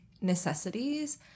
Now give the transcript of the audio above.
necessities